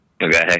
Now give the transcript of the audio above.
Okay